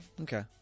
Okay